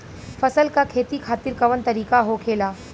फसल का खेती खातिर कवन तरीका होखेला?